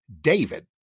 David